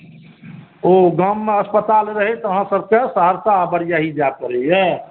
ओ गाममे अस्पताल रहैत अहाँ सभ सहरसा आ बरियाही जाय पड़ैया